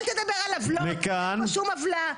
אל תדבר על עוולות, אין פה שום עוולה.